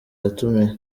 yatumiye